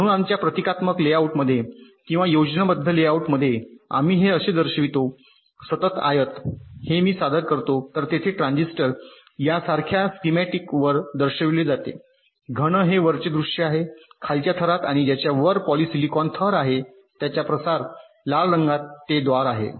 म्हणून आमच्या प्रतीकात्मक लेआउटमध्ये किंवा योजनाबद्ध लेआउटमध्ये आम्ही हे असे दर्शवितो सतत आयत हे मी सादर करतो तर येथे ट्रान्झिस्टर या सारख्या स्कीमॅटिक वर दर्शविले जाते घन हे वरचे दृश्य आहे खालच्या थरात आणि ज्याच्या वर पॉलिसिलिकॉन थर आहे त्याचा प्रसार लाल रंगात ते द्वार आहे